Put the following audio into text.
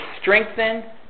strengthen